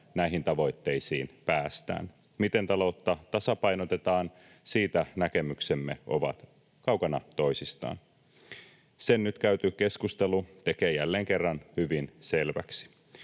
näihin tavoitteisiin päästään. Miten taloutta tasapainotetaan, siitä näkemyksemme ovat kaukana toisistaan. Sen nyt käyty keskustelu tekee jälleen kerran hyvin selväksi.